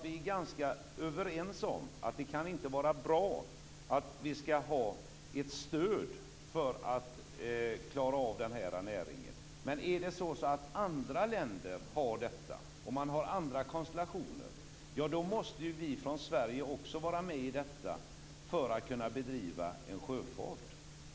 Vi är överens om att det inte kan vara bra att ha ett stöd för att klara av näringen. Men om andra länder har andra konstellationer, måste vi från Sverige också vara med för att kunna bedriva en sjöfart.